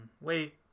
Wait